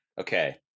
okay